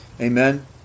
Amen